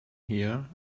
here